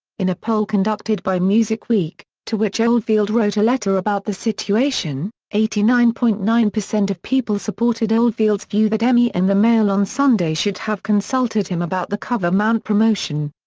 in a poll conducted by music week, to which oldfield wrote a letter about the situation, eighty nine point nine of people supported oldfield's view that emi and the mail on sunday should have consulted him about the cover-mount promotion.